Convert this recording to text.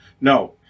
No